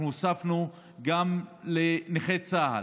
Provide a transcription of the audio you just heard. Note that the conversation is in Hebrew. הוספנו גם לנכי צה"ל,